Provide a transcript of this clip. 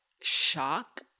shock